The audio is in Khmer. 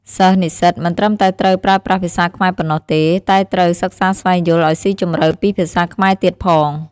សិស្សនិស្សិតមិនត្រឹមតែត្រូវប្រើប្រាស់ភាសាខ្មែរប៉ុណ្ណោះទេ តែត្រូវ សិក្សាស្វែងយល់ឱ្យស៊ីជម្រៅពីភាសាខ្មែរទៀតផង។